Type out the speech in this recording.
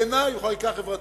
בעיני הוא חקיקה חברתית.